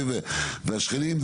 והשכנים,